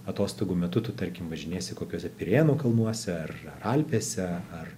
atostogų metu tu tarkim važinėsi kokiuose pirėnų kalnuose ar alpėse ar